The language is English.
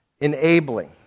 enabling